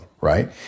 right